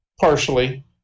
partially